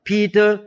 Peter